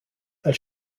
als